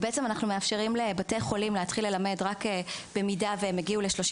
ובעצם אנחנו מאפשרים לבתי חולים להתחיל ללמד רק אם הם הגיעו ל-37